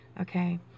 okay